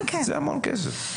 זה המון כסף.